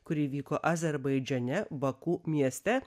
kuri vyko azerbaidžane baku mieste